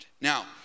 Now